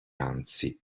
anzi